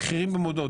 המחירים במודעות,